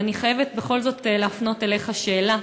אני חייבת בכל זאת להפנות אליך שאלה